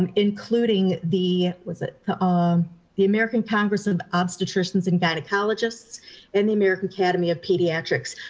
um including the, was it the, um the american congress of obstetricians and gynecologists and the american academy of pediatrics.